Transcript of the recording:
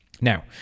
Now